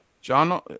John